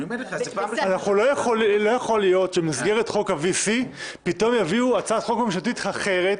לא יכול להיות שבמסגרת חוק ה-VC פתאום יביאו הצעת חוק ממשלתית אחרת,